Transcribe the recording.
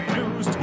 News